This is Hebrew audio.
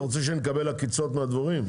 אתה רוצה שנקבל עקיצות מהדבורים?